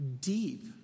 deep